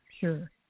sure